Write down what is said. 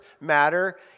matter